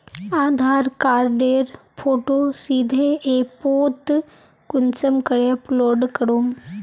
आधार कार्डेर फोटो सीधे ऐपोत कुंसम करे अपलोड करूम?